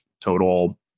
total